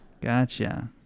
Gotcha